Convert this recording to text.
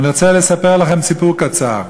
אני רוצה לספר לכם סיפור קצר: